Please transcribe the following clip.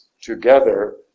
together